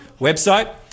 website